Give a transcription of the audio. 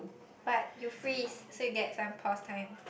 but you freeze so you get some pause time